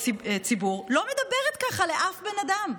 לא מדברת ככה לאף בן אדם,